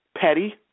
petty